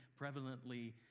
prevalently